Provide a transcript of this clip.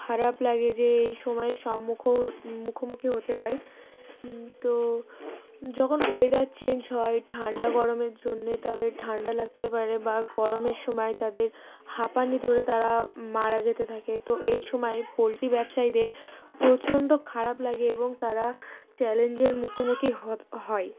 খারাপ লাগে যে এই সময়ের সম্মুখও মুখোমুখি হতে হয় তো যখন ওয়েদার চেঞ্জ হয় ঠান্ডা গরমের জন্যে তাদের ঠান্ডা লাগতে পারে বা গরমের সময় তাদের হাঁপানি ধরে তারা মারা যেতে থাকে তো এই সময় পোলট্রি ব্যবসায়ীদের প্রচণ্ড খারাপ লাগে এবং তারা চ্যালেঞ্জের মুখোমুখি হ হয়